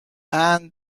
and